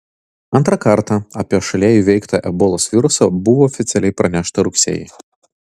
antrą kartą apie šalyje įveiktą ebolos virusą buvo oficialiai pranešta rugsėjį